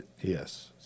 Yes